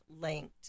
linked